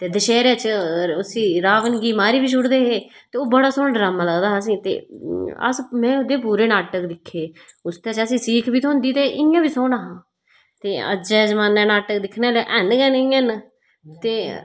ते दशहरे च उसी राबन गी मारी बी छोड़दे हे ते ओह् बड़ा सोहना ड्रामा लगदा हा असेंगी ते अस में ओहदे पूरे नाटक दिक्खे उस च असेंगी सीख बी थ्होंदी ते इयां बी सोहना हा ते अज्जै दे जमाने च नाटक दिक्खने आहले हैन गी नी ऐ ते